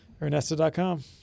Ernesta.com